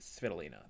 Svitolina